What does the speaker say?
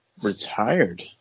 retired